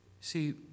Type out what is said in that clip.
See